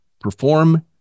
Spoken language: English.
perform